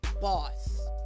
boss